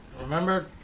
remember